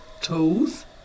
tools